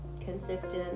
consistent